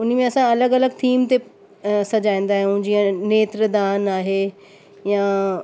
उनमें असां अलॻि अलॻि थीम ते सॼाईंदा आहियूं जीअं नेत्रदान आहे या